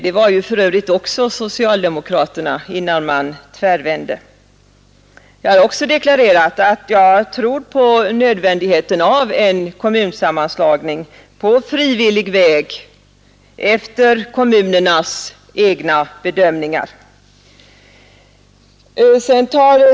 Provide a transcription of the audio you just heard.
Det var för övrigt också socialdemokraterna innan man tvärvände. Jag har också deklarerat att jag tror på angelägenheten av kommunsammanslagningar på frivillig väg efter kommunernas egna bedömningar.